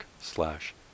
slash